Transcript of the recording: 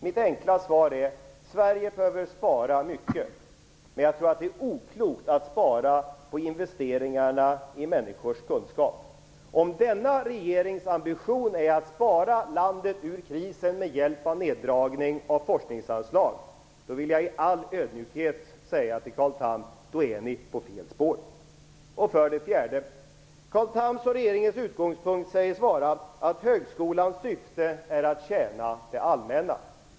Mitt enkla svar är: Sverige behöver spara mycket, men jag tror att det är oklokt att spara på investeringarna i människors kunskap. Om denna regerings ambition är att spara landet ur krisen med hjälp av neddragningar av forskningsanslag, vill jag i all ödmjukhet säga till Carl Tham att ni är på fel spår. För det fjärde: Carl Thams och regeringens utgångspunkt sägs vara att högskolans syfte är att tjäna det allmänna.